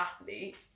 athlete